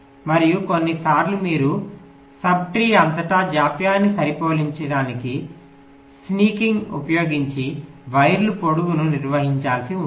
మరియు కొన్నిసార్లు మీరు ఉప చెట్ల అంతటా జాప్యాన్ని సరిపోల్చడానికి స్నీకింగ్ ఉపయోగించి వైర్ పొడుగును నిర్వహించాల్సి ఉంటుంది